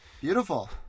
beautiful